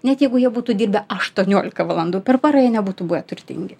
net jeigu jie būtų dirbę aštuoniolika valandų per parą jie nebūtų buvę turtingi